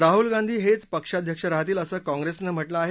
राहूल गांधी हेच पक्षाध्यक्ष राहतील असं काँप्रेसनं म्हटलं आहे